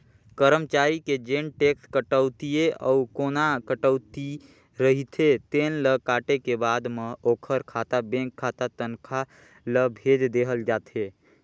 करमचारी के जेन टेक्स कटउतीए अउ कोना कटउती रहिथे तेन ल काटे के बाद म ओखर खाता बेंक खाता तनखा ल भेज देहल जाथे